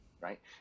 Right